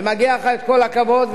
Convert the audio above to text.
ומגיע לך כל הכבוד,